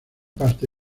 parte